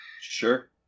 Sure